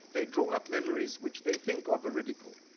they draw up memories which they think are veridical,